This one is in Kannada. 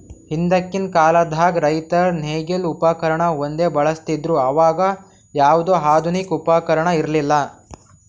ಹಿಂದಕ್ಕಿನ್ ಕಾಲದಾಗ್ ರೈತರ್ ನೇಗಿಲ್ ಉಪಕರ್ಣ ಒಂದೇ ಬಳಸ್ತಿದ್ರು ಅವಾಗ ಯಾವ್ದು ಆಧುನಿಕ್ ಉಪಕರ್ಣ ಇರ್ಲಿಲ್ಲಾ